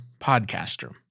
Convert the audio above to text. podcaster